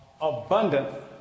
abundant